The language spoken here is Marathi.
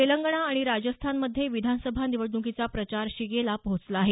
तेलंगणा आणि राजस्थानमध्ये विधानसभा निवडणुकीचा प्रचार शिगेला पोहोचला आहे